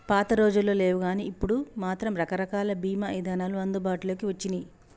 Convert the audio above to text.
పాతరోజుల్లో లేవుగానీ ఇప్పుడు మాత్రం రకరకాల బీమా ఇదానాలు అందుబాటులోకి వచ్చినియ్యి